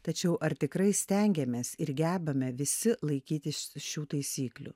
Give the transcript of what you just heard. tačiau ar tikrai stengiamės ir gebame visi laikytis šių taisyklių